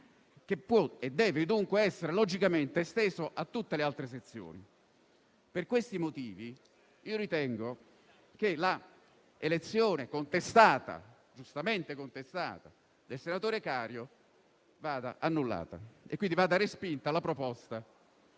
che può e deve dunque essere logicamente esteso a tutte le altre sezioni. Per questi motivi, ritengo che l'elezione giustamente contestata del senatore Cario vada annullata e quindi vada respinta la proposta